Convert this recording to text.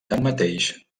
tanmateix